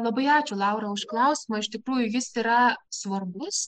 labai ačiū laura už klausimą iš tikrųjų jis yra svarbus